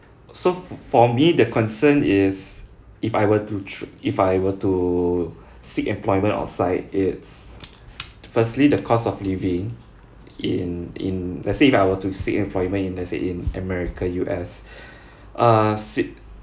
so for me the concern is if I were to tra~ if I were to seek employment outside it's firstly the cost of living in in let's say if I were to seek employment in let's say in america U_S uh